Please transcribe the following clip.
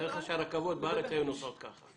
תאר לך שהרכבות בארץ היו נוסעות כך.